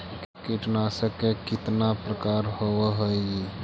कीटनाशक के कितना प्रकार होव हइ?